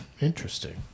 interesting